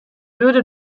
würde